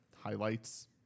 highlights